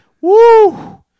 Woo